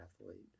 athlete